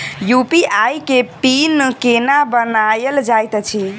UPI केँ PIN केना बनायल जाइत अछि